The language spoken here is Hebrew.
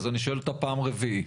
אז אני שואל אותה פעם רביעית.